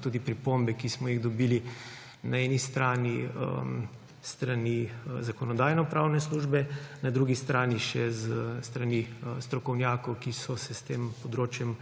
tudi pripombe, ki smo jih dobili na eni strani s strani Zakonodajno-pravne službe, na drugi strani še s strani strokovnjakov, ki so se s tem področjem